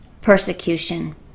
persecution